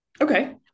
Okay